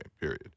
period